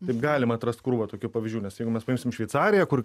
taip galima atrast krūvą tokių pavyzdžių nes jeigu mes paimsime šveicariją kur